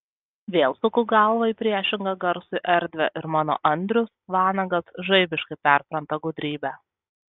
vėl suku galvą į priešingą garsui erdvę ir mano andrius vanagas žaibiškai perpranta gudrybę